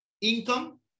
Income